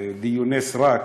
בדיוני סרק,